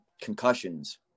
concussions